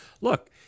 Look